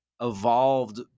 evolved